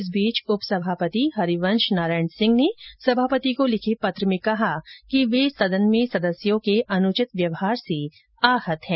इस बीच उप सभापति हरिवंश नारायण सिंह ने सभापति को लिखे पत्र में कहा कि वे सदन में सदस्यों के अनुचित व्यवहार से आहत हैं